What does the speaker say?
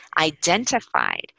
identified